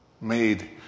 made